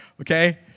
okay